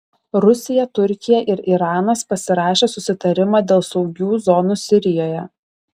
rusija turkija ir iranas pasirašė susitarimą dėl saugių zonų sirijoje